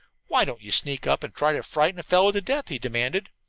why don't you sneak up and try to frighten a fellow to death? he demanded.